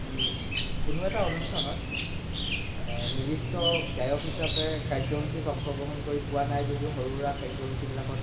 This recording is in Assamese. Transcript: কোনো এটা অনুষ্ঠানত নিৰ্দিষ্ট গায়ক হিচাপে কাৰ্য্যসূচীত অংশগ্ৰহন কৰি পোৱা নাই যদিও সৰু সুৰা কাৰ্য্যসূচী বিলাকত